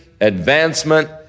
advancement